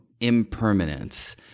impermanence